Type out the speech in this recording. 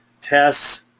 tests